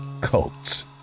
cults